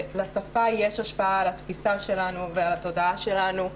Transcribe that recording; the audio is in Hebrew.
שלשפה יש השפעה על התפיסה שלנו ועל התודעה שלנו.